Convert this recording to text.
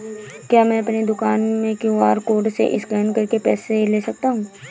क्या मैं अपनी दुकान में क्यू.आर कोड से स्कैन करके पैसे ले सकता हूँ?